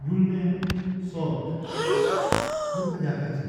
Julen صوت gurka jakachi,